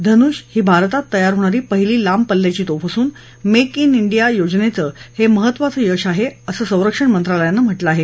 धनूष ही भारतात तयार होणारी पहिली लांब पल्ल्याची तोफ असून मेक डिया योजनेचं हे महत्त्वाचं यश आहे असं संरक्षण मंत्रालयानं म्हटलं आहे